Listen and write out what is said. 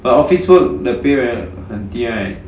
but office work the pay very 很低 right